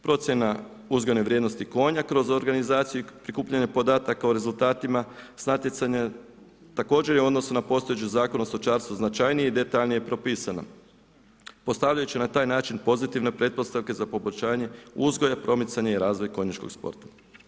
Procjena uzgojne vrijednosti konj kroz organizaciju i prikupljanje podataka o rezultatima s natjecanja također je u odnosu na postojeći Zakon o stočarstvu značajnije i detaljnije propisano postavljajući na taj način pozitivne pretpostavke za poboljšanje uzgoja, promicanja i razvoja konjičkog sporta.